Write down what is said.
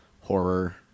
horror –